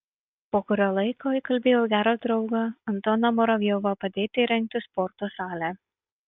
po kurio laiko įkalbėjau gerą draugą antoną muravjovą padėti įrengti sporto salę